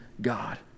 God